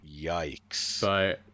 Yikes